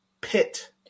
pit